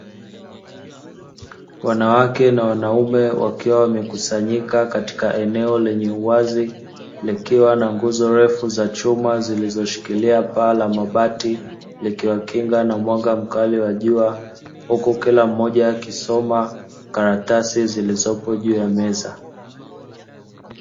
Wanawake na wanaume wakiwa wamekusanyika katika eneo lenye uwazi likiwa na nguzo refu za chuma, zilizoshikilia paa la bati likiwakinga na mwanga wa jua huku kila mmoja akisoma karatasi zilizopo juu ya meza.